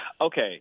okay